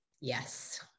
Yes